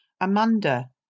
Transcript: Amanda